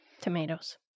tomatoes